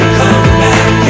comeback